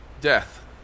death